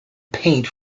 paint